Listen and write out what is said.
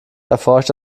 erforscht